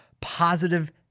positive